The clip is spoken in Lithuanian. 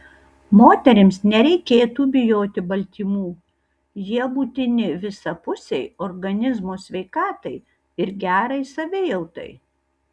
moterims nereikėtų bijoti baltymų jie būtini visapusei organizmo sveikatai ir gerai savijautai